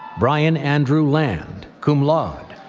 brian andrew land, cum laude.